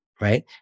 right